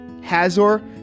Hazor